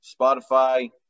Spotify